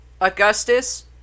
Augustus